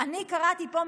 אני קראתי פה,